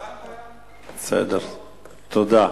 תודה.